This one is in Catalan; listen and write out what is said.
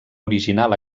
original